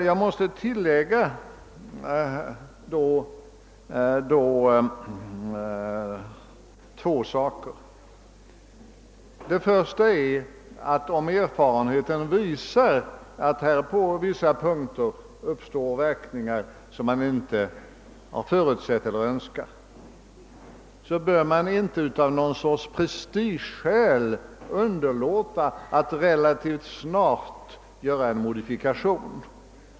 Jag måste dock tillägga två saker. Först vill jag säga att om erfarenheten visar att det på vissa punkter uppstår verkningar som man inte har förutsett eller önskat, bör man inte av prestigeskäl underlåta att relativt snart göra en modifikation.